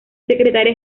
secretaria